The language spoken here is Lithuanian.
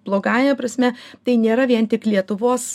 blogąja prasme tai nėra vien tik lietuvos